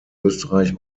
österreich